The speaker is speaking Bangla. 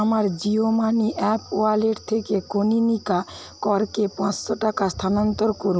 আমার জিও মানি অ্যাপ ওয়ালেট থেকে কনীনিকা করকে পাঁচশো টাকা স্থানান্তর